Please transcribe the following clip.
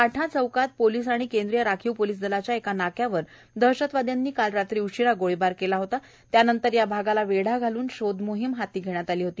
पांठा चौकात पोलिस आणि केंद्रीय राखीव पोलिस दलाच्या एका नाक्यावर दहशतवाद्यांनी काल रात्री उशिरा गोळीबार केला होता त्यानंतर या भागाला वेढा घालून शोध मोहीम हाती घेण्यात आली होती